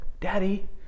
Daddy